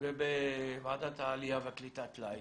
וועדת העליה והקליטה טלאי,